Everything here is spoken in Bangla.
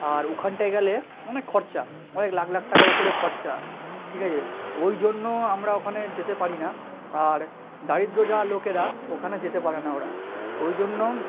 আর ওখানটায় গেলে অনেক খরচা অনেক লাখ লাখ টাকার ওপরে খরচা ঠিক আছে ওই জন্য আমরা ওখানে যেতে পারি না আর দারিদ্র যাওয়ার লোকেরা ওখানে যেতে পারে না ওরা ওই জন্য